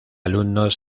alumnos